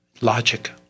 Logic